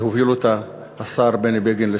והוביל אותה השר לשעבר בני בגין.